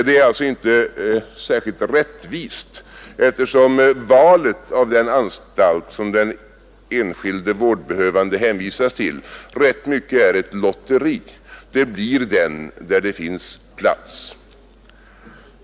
Det är alltså inte särskilt rättvist, eftersom valet av anstalt, som den enskilde vårdbehövande hänvisas till, rätt mycket är ett lotteri — det blir den där det finns plats.